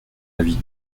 avis